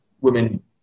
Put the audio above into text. Women